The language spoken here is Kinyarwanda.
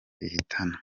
ihitana